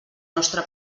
nostre